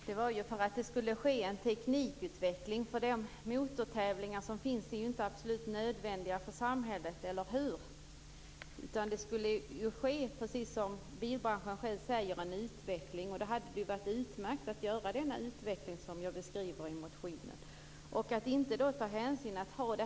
Fru talman! Syftet var ju att det skulle ske en teknikutveckling. De motortävlingar som anordnas är ju inte absolut nödvändiga för samhället, eller hur? Det skulle ju ske en utveckling, precis som bilbranschen själv säger. Det hade ju varit utmärkt med en sådan utveckling som jag beskriver i motionen.